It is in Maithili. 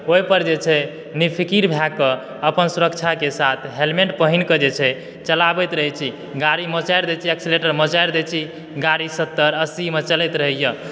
ओहि पर जे छै निफ़िकिर भए कए अपन सुरक्षा के साथ हेलमेट पहिन के जे छै चलाबैत रहै छी गाड़ी मे चारि दै छियै एक्सीलेटर मोचारि दय छी गाड़ी सत्तर अस्सी मे चलैत रहै यऽ